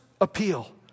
appeal